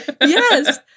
Yes